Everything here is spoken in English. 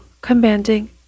commanding